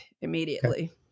immediately